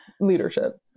leadership